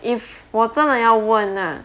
if 我真的要问 ah